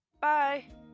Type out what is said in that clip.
Bye